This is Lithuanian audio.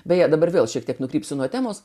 beje dabar vėl šiek tiek nukrypsiu nuo temos